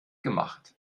gemacht